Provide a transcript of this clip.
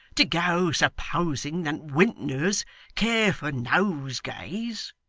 to go supposing that wintners care for nosegays